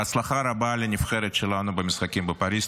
בהצלחה רבה לנבחרת שלנו במשחקים בפריז.